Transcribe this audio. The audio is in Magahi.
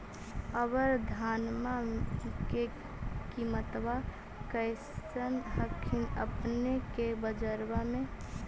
अबर धानमा के किमत्बा कैसन हखिन अपने के बजरबा में?